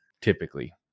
typically